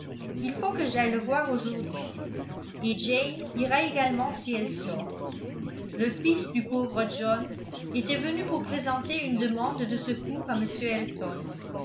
il faut que j'aille le voir aujourd'hui et jane ira également si elle sort le fils du pauvre john était venu pour présenter une demande de secours à m elton